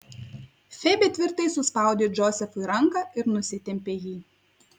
febė tvirtai suspaudė džozefui ranką ir nusitempė jį